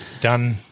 done